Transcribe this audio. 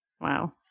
Wow